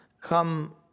come